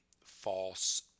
false